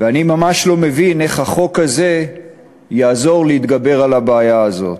ואני ממש לא מבין איך החוק הזה יעזור להתגבר על הבעיה הזאת,